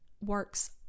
works